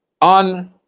on